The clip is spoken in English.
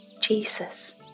Jesus